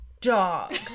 dog